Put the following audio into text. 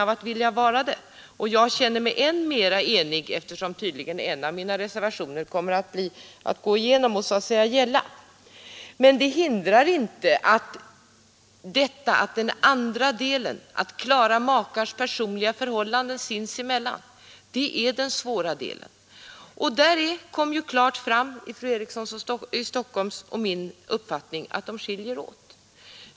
Jag har så mycket större anledning att känna mig delaktig av den enigheten, eftersom tydligen en eller två av mina reservationer kommer att gå igenom i lagförslaget. Men det hindrar inte att den andra delen av kommitténs arbete, vilken gäller makars inbördes förhållanden, är den svåra delen. Där har det klart visat sig att fru Erikssons i Stockholm och min uppfattning är skiljaktiga.